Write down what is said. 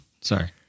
Sorry